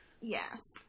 Yes